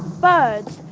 birds,